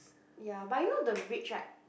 ya but you know the rich right